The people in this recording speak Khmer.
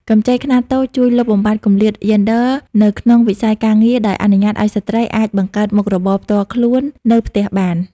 កម្ចីខ្នាតតូចជួយលុបបំបាត់គម្លាតយេនឌ័រនៅក្នុងវិស័យការងារ ដោយអនុញ្ញាតឱ្យស្ត្រីអាចបង្កើតមុខរបរផ្ទាល់ខ្លួននៅផ្ទះបាន។